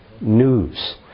news